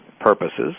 purposes